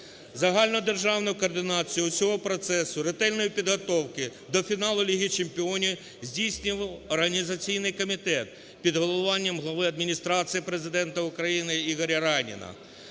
Загальнодержавну координацію усього процесу ретельної підготовки до фіналу Ліги чемпіонів здійснював Організаційний комітет під головуванням Глави Адміністрації Президента України Ігоря Райніна.